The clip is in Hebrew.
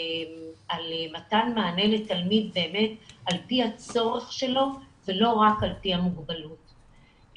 מתן מענה לתלמיד על פי הצורך שלו ולא רק על פי המוגבלות,